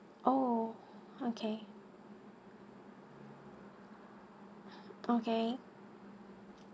oh okay okay